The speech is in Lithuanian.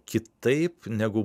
kitaip negu